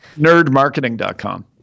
Nerdmarketing.com